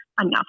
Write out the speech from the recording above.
Enough